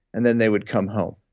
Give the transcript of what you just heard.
and then they would come home,